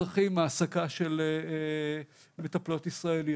הצרכים העסקה של מטפלות ישראליות.